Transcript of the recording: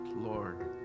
Lord